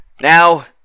now